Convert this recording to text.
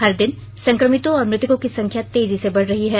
हर दिन संकमितों और मृतकों की संख्या तेजी से बढ़ रही है